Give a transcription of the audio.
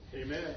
Amen